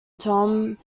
tom